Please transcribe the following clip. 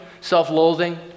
self-loathing